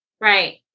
Right